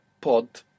pod